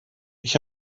ich